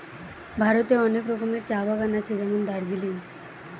ভারতে অনেক রকমের চা বাগান আছে যেমন দার্জিলিং